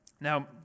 Now